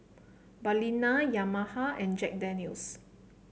Balina Yamaha and Jack Daniel's